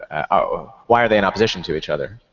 and ah why are they in opposition to each other?